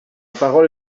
parole